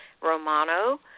Romano